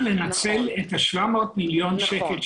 לנצל את ה-700,000,000 ₪-- אני ראיתי.